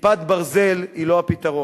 ש"כיפת ברזל" היא לא הפתרון.